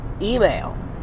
email